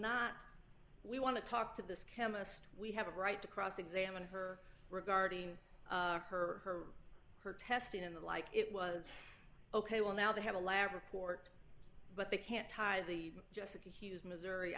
not we want to talk to this chemist we have a right to cross examine her regarding her her testing and the like it was ok well now they have a lab report but they can't tie the jessica hughes missouri